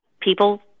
people